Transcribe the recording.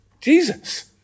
Jesus